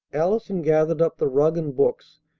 allison gathered up the rug and books,